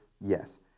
yes